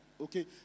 Okay